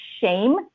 shame